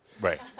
Right